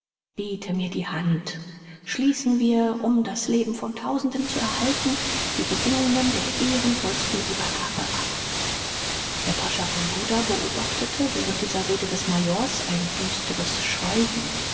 biete mir die hand schließen wir um das leben von tausenden zu erhalten die bedingungen der ehrenvollsten übergabe ab der pascha von buda beobachtete während dieser rede des majors ein düsteres schweigen